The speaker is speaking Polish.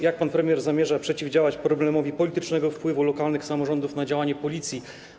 Jak pan premier zamierza przeciwdziałać problemowi politycznego wpływu lokalnych samorządów na działanie policji?